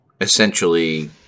essentially